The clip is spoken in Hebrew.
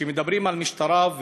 כשמדברים על המשטרה,